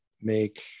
make